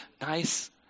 nice